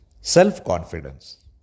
self-confidence